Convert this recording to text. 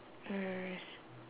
err s~